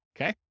Okay